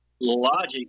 logic